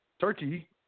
Turkey